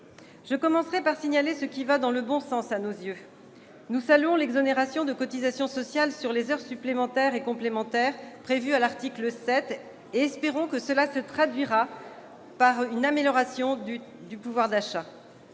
Je commencerai par signaler ce qui, à nos yeux, va dans le bon sens. Nous saluons l'exonération de cotisations sociales sur les heures supplémentaires et complémentaires, prévue à l'article 7, et espérons que cela se traduira par une amélioration du pouvoir d'achat.